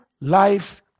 life's